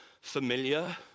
familiar